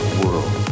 world